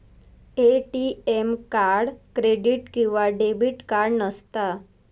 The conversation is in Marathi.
ए.टी.एम कार्ड क्रेडीट किंवा डेबिट कार्ड नसता